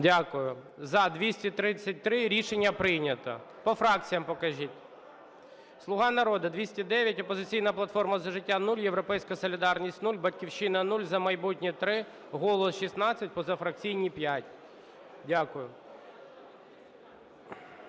Дякую. За - 233. Рішення прийнято. По фракціям покажіть. "Слуга народу" – 209, "Опозиційна платформа - За життя" – 0, "Європейська солідарність" – 0, "Батьківщина" – 0, "За майбутнє" – 3, "Голос" – 16, позафракційні – 5. Дякую.